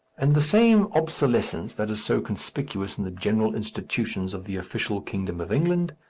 and the same obsolescence that is so conspicuous in the general institutions of the official kingdom of england,